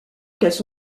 qu’elles